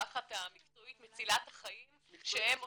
המשובחת המקצועית מצילת החיים שהם עושים.